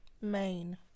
Main